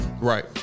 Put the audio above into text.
right